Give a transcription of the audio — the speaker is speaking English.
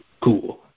Cool